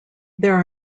there